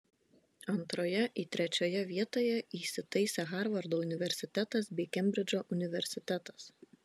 antroje į trečioje vietoje įsitaisė harvardo universitetas bei kembridžo universitetas